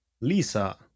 Lisa